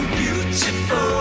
beautiful